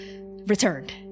returned